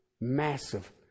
Massive